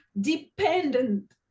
dependent